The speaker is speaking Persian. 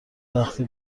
وقتی